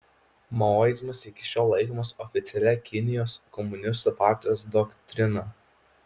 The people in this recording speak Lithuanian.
maoizmas iki šiol laikomas oficialia kinijos komunistų partijos doktrina